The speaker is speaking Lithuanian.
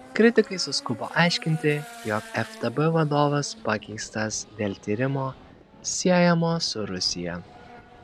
kritikai suskubo aiškinti jog ftb vadovas pakeistas dėl tyrimo siejamo su rusija